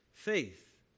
Faith